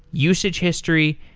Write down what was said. usage history,